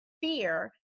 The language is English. fear